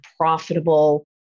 profitable